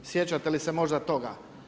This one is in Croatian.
Sjećate li se možda toga?